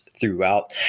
throughout